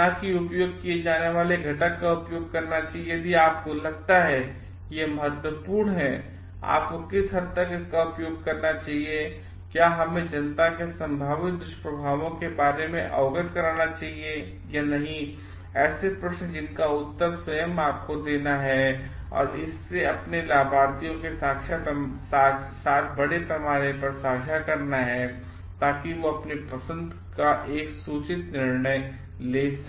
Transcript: न कि उपयोग किए जाने वाले घटक का उपयोग करना चाहिए यदि आपको लगता है कि यह महत्वपूर्ण है कि आपको किस हद तक इसका उपयोग करना चाहिए और क्या हमें जनता को संभावित दुष्प्रभावों के बारे में अवगत कराना चाहिए या नहीं ऐसे प्रश्न जिनका आपको स्वयं उत्तर देना है और इसे अपने लाभार्थियों के साथ बड़े पैमाने पर साझा करना है ताकि वे अपनी पसंद का एक सूचित निर्णय ले सकें